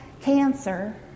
cancer